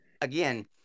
again